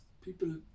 people